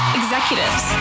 executives